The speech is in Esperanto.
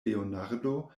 leonardo